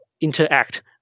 interact